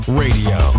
radio